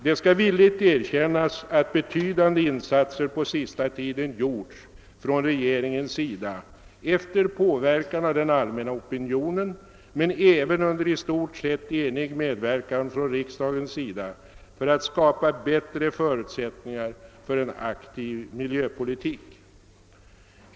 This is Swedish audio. Det skall villigt erkännas att betydande insatser på senaste tiden gjorts från regeringens sida efter påverkan av den allmänna opinionen men även under i stort sett enig medverkan från riksdagens sida att skapa bättre förutsättningar för en aktiv miljöpolitik.